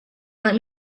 let